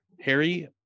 Harry